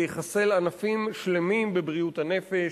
זה יחסל ענפים שלמים בבריאות הנפש,